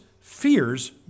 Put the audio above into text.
fears